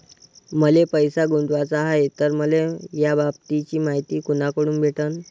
मले पैसा गुंतवाचा हाय तर मले याबाबतीची मायती कुनाकडून भेटन?